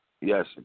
Yes